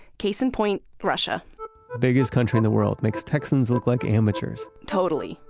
case in point, russia biggest country in the world, makes texans look like amateurs totally.